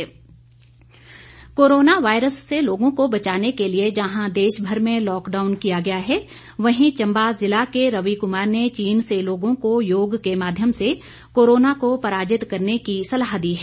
corona सलाह corona virus से लोगों को बचाने के लिए जहां देशभर में लॉकडाउन किया गया है वहीं चंबा ज़िला के रवि कुमार ने चीन से लोगों को योग के माध्यम से कोरोना को पराजित करने की सलाह दी है